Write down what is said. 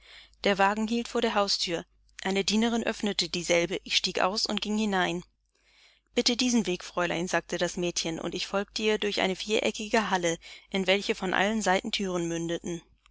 der wagen hielt vor der hausthür eine dienerin öffnete dieselbe ich stieg aus und ging hinein bitte diesen weg fräulein sagte das mädchen und ich folgte ihr durch eine viereckige halle in welche von allen seiten thüren mündeten